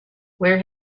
where